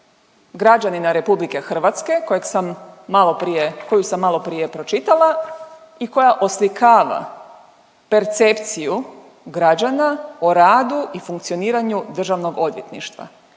građanima RH kojeg sam maloprije, koju sam maloprije pročitala i koja oslikava percepciju građana o radu i funkcioniranju Državnog odvjetništva.